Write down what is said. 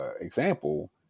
example